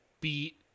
beat